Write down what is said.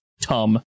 tum